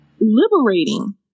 liberating